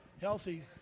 healthy